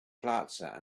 plaza